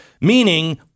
meaning